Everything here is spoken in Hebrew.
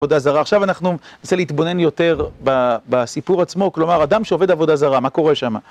עבודה זרה. עכשיו אנחנו ננסה להתבונן יותר בסיפור עצמו. כלומר, אדם שעובד עבודה זרה, מה קורה שמה?